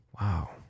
Wow